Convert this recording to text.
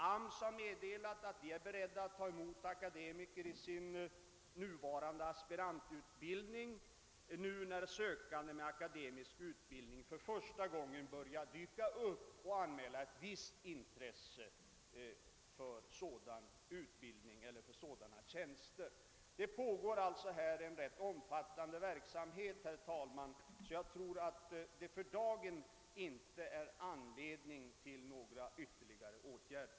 AMS har meddelat att man är beredd att: ta emot akademiker i sin nuvarande aspirantutbildning när sökande med akademisk utbildning nu ' för :första gången börjar dyka upp och 'anmäla visst intresse för sådana tjänster. Frågan är alltså uppmärksammad på olika sätt, och jag tror 'att det för dagen inte finns anledning att vidta yfterligare åtgärder.